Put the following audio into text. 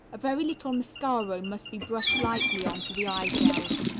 a very little mascaro must be brushed lightly on to the eyebrows,